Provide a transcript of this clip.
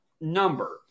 number